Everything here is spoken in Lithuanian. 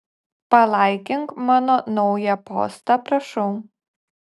palaikink mano naują postą prašau